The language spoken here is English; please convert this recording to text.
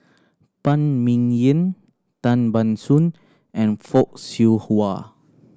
Phan Ming Yen Tan Ban Soon and Fock Siew Wah